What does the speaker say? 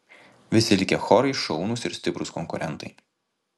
visi likę chorai šaunūs ir stiprūs konkurentai